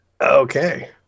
Okay